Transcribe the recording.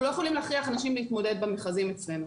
אנחנו לא יכולים להכריח אנשים להתמודד במכרזים אצלנו.